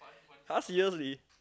!huh! seriously